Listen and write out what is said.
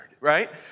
Right